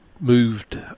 moved